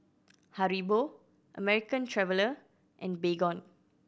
Haribo American Traveller and Baygon